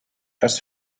aus